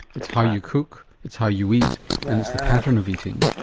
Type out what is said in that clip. it's how you cook, it's how you eat and it's the pattern of eating.